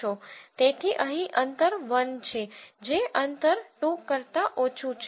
તેથી અહીં અંતર 1 છે જે અંતર 2 કરતા ઓછું છે